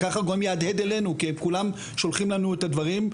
כי הם כולם שולחים לנו את הדברים,